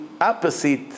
opposite